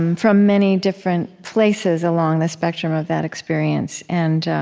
um from many different places along the spectrum of that experience and